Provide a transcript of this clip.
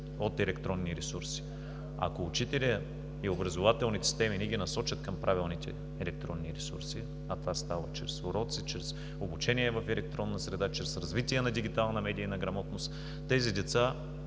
от електронни ресурси. Ако учителят и образователните системи не ги насочат към правилните електронни ресурси, а това става чрез уроци, чрез обучение в електронна среда, чрез развитие на дигитална медийна грамотност, тези деца